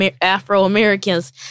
Afro-Americans